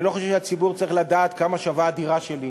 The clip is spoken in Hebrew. אני לא חושב שהציבור צריך לדעת כמה שווה הדירה שלי,